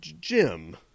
Jim